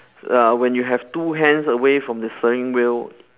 uh when you have two hands away from the steering wheel